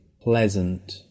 pleasant